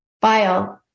bile